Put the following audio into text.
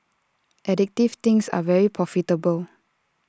addictive things are very profitable